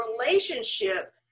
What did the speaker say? relationship